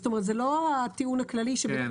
זאת אומרת זה לא הטיעון הכללי -- כן,